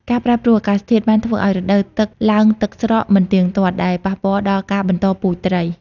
ការប្រែប្រួលអាកាសធាតុ បានធ្វើឱ្យរដូវទឹកឡើងទឹកស្រកមិនទៀងទាត់ ដែលប៉ះពាល់ដល់ការបន្តពូជត្រី។